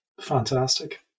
Fantastic